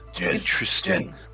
Interesting